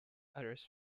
arrests